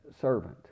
servant